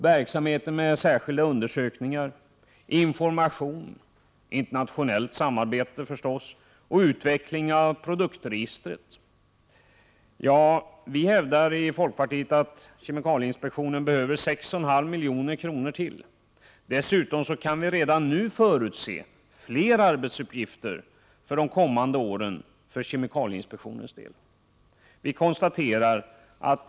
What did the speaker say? Det gäller särskilda undersökningar, information, internationellt samarbete och utveckling av produktregistret. Vi i folkpartiet hävdar att kemikalieinspektionen behöver 6,5 milj.kr. ytterligare. Vi kan dessutom redan nu förutse fler arbetsuppgifter under de kommande åren för kemikalieinspektionens del.